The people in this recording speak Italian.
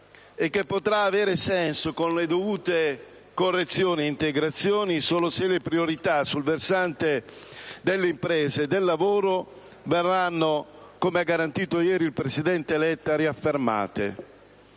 e che potrà avere senso con le dovute correzioni e integrazioni solo se le priorità sul versante delle imprese e del lavoro verranno riaffermate, come ha garantito ieri il presidente Letta.